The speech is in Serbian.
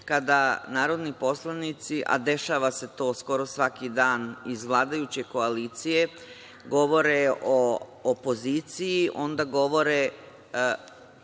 kada narodni poslanici, a dešava se to skoro svaki dan, iz vladajuće koalicije govore o opoziciji, onda ono